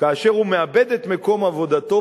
כאשר הוא מאבד את מקום עבודתו,